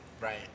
Right